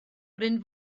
bryn